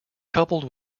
coupled